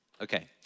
Okay